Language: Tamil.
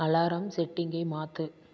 அலாரம் செட்டிங்கை மாற்று